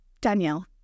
Danielle